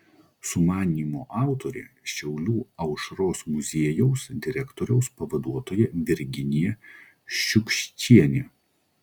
sumanymo autorė šiaulių aušros muziejaus direktoriaus pavaduotoja virginija šiukščienė